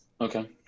Okay